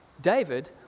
David